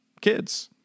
kids